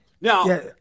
Now